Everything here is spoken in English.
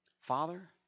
Father